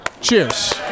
Cheers